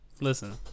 Listen